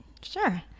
Sure